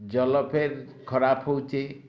ଜଲ ଫେର୍ ଖରାପ ହେଉଛି